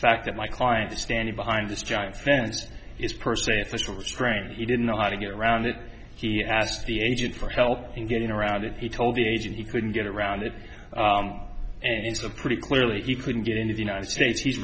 fact that my client is standing behind this giant fence is per se if this were strained he didn't know how to get around it he asked the agent for help in getting around it he told the agent he couldn't get around it and it's a pretty clearly he couldn't get into the united states he'